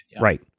Right